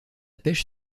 pêche